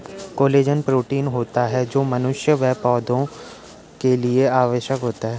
collagen protein होता है जो मनुष्य व पौधा के लिए आवश्यक होता है